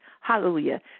Hallelujah